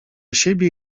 siebie